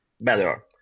better